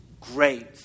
great